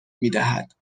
میدهد